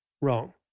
wrong